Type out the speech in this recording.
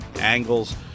angles